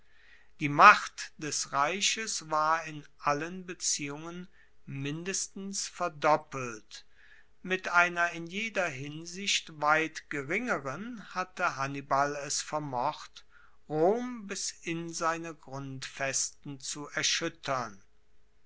die macht des reiches war in allen beziehungen mindestens verdoppelt mit einer in jeder hinsicht weit geringeren hatte hannibal es vermocht rom bis in seine grundfesten zu erschuettern